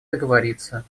договориться